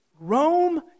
Rome